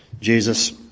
Jesus